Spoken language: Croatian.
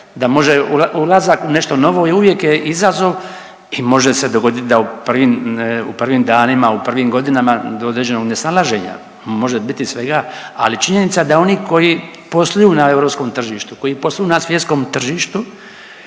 da može ulazak u nešto novo uvijek je izazov i može se dogoditi da u prvim danima, u prvim godinama do određenog nesnalaženja, može biti svega, ali činjenica da oni koji posluju na europskom tržištu, koji posluju na svjetskom tržištu